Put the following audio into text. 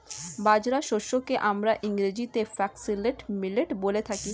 বাজরা শস্যকে আমরা ইংরেজিতে ফক্সটেল মিলেট বলে থাকি